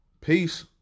Peace